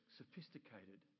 sophisticated